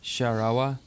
Sharawa